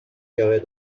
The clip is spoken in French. garée